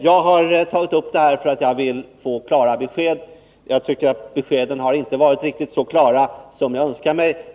Jag har tagit upp detta därför att jag vill få ett klart besked. Jag tycker inte att beskeden varit riktigt så klara som jag hade önskat.